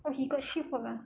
oh he got shift